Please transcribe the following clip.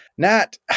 Nat